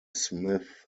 smith